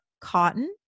cotton